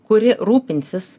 kuri rūpinsis